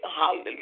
hallelujah